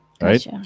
Right